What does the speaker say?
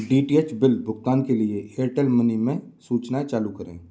D T H bill भुगतान के लिए एयरटेल मनी में सूचनाएँ चालू करें